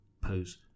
pose